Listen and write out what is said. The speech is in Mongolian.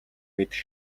мэдэх